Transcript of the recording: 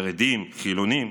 כחרדים, כחילונים.